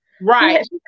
right